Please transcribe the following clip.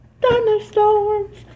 thunderstorms